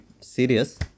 serious